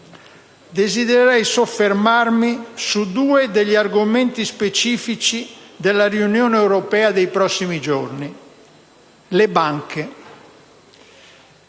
Desidererei soffermarmi su due degli argomenti specifici oggetto della riunione europea dei prossimi giorni, il primo